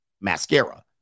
mascara